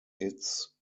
its